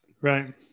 Right